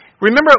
Remember